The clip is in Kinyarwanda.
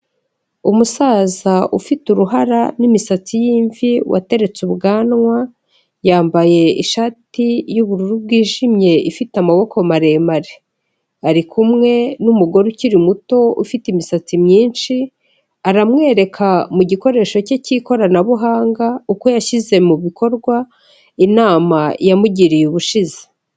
Umusaza ufite uruhara n'imisatsi y'imvi wateretse ubwanwa, yambaye ishati y'ubururu bwijimye ifite amaboko maremare ari kumwe n'umugore ukiri muto ufite imisatsi myinshi aramwereka mu gikoresho cye cy'ikoranabuhanga uko yashyize mu bikorwa inama yamugiriye ubushize.